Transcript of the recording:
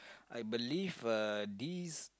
I believe uh these